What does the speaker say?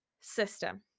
system